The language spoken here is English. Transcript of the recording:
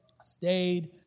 Stayed